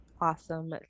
Awesome